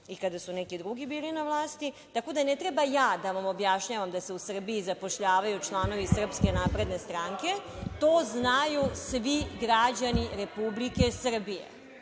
i kada su neki drugi bili na vlasti. Tako da ne treba ja da vam objašnjavam da se u Srbiji zapošljavaju članovi SNS, to znaju svi građani Republike Srbije